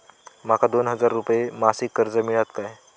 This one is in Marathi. माका दोन हजार रुपये मासिक कर्ज मिळात काय?